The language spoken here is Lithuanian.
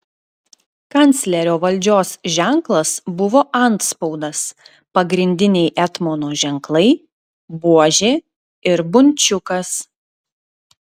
kanclerio valdžios ženklas buvo antspaudas pagrindiniai etmono ženklai buožė ir bunčiukas